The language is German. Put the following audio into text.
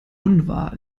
unwahr